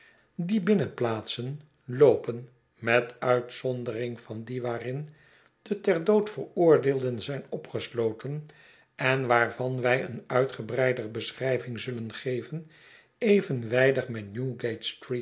die binnenplaatsen loopen met uitzondering van die waarin de ter dood veroordeeldenzijn opgesloten en waarvan wij een uitgebreider beschrijving zullengeven even wij dig met